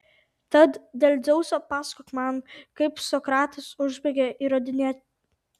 tad dėl dzeuso pasakok man kaip sokratas užbaigė įrodinėti